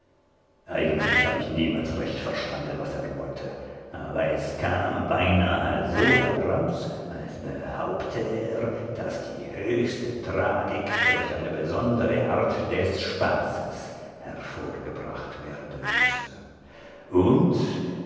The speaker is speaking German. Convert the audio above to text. eigentlich hab ich niemals recht verstanden was er wollte aber es kam beinahe so heraus als behaupte er daß die höchste tragik durch eine besondere art des spaßes hervorgebracht werden müsse und